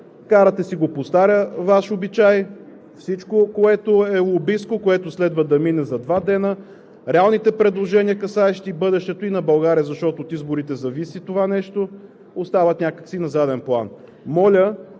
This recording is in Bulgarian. Карате си го по стар Ваш обичай – всичко, което е лобистко, което следва да мине – за два дни, реалните предложения, касаещи бъдещето и на България, защото от изборите зависи това нещо, остават някак си на заден план.